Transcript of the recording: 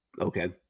Okay